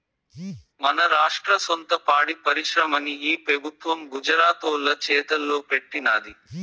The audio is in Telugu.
మన రాష్ట్ర సొంత పాడి పరిశ్రమని ఈ పెబుత్వం గుజరాతోల్ల చేతల్లో పెట్టినాది